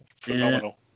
Phenomenal